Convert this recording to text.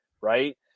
right